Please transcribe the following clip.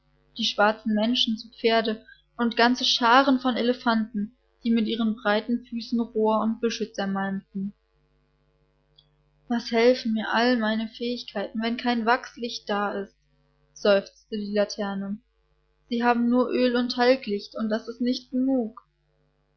die schwarzen menschen zu pferde und ganze scharen von elefanten die mit ihren breiten füßen rohr und büsche zermalmten was helfen mir alle meine fähigkeiten wenn kein wachslicht da ist seufzte die laterne sie haben nur öl und talglichte und das ist nicht genug